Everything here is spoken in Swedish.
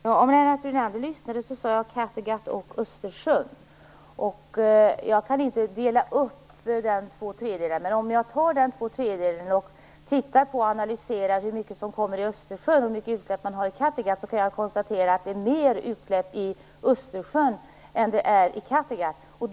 Fru talman! Om Lennart Brunander hade lyssnat hade han hört att jag talade om Kattegatt och Östersjön. Jag kan inte dela upp belastningen dem emellan av de två tredjedelarna, men när det gäller hur mycket utsläpp som sker i Östersjön respektive i Kattegatt kan jag konstatera att det görs mer utsläpp i Östersjön än i Kattegatt.